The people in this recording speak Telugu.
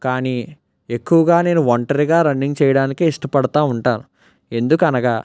కానీ ఎక్కువగా నేను ఒంటరిగా రన్నింగ్ చేయడానికే ఇష్టపడతు ఉంటాను ఎందుకనగా